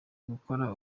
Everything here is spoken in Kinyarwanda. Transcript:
gukora